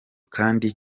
kandi